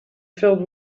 filled